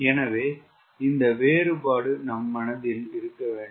எனவே இந்த வேறுபாடு நம் மனதில் இருக்க வேண்டும்